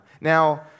Now